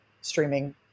streaming